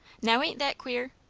now ain't that queer?